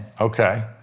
Okay